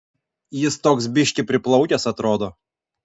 jis toks biškį priplaukęs atrodo